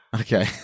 okay